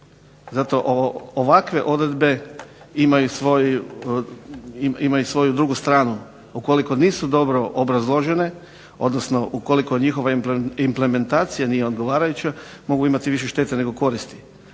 Zato ovakve odredbe imaju svoju drugu stranu. Ukoliko nisu dobro obrazložene, odnosno ukoliko njihova implementacija nije odgovarajuća mogu imati više štete nego koristi.